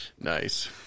Nice